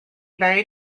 very